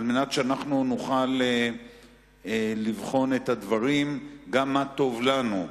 על מנת שנוכל לבחון את הדברים, גם מה טוב לנו.